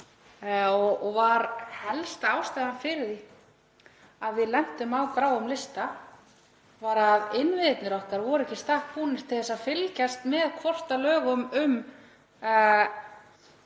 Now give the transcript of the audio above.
á. Helsta ástæðan fyrir því að við lentum á gráum lista var að innviðirnir okkar voru ekki í stakk búnir til að fylgjast með hvort lögum